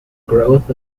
growth